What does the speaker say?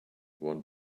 one